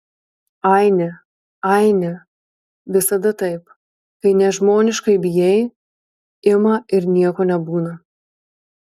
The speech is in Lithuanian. aine aine visada taip kai nežmoniškai bijai ima ir nieko nebūna